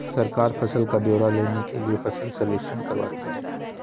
सरकार फसल का ब्यौरा लेने के लिए फसल सर्वेक्षण करवाती है